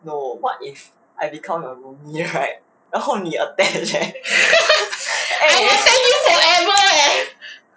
know what if I become a room you right 然后你 attached leh